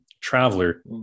traveler